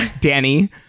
Danny